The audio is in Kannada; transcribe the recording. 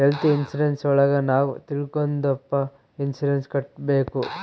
ಹೆಲ್ತ್ ಇನ್ಸೂರೆನ್ಸ್ ಒಳಗ ನಾವ್ ತಿಂಗ್ಳಿಗೊಂದಪ್ಪ ಇನ್ಸೂರೆನ್ಸ್ ಕಟ್ಟ್ಬೇಕು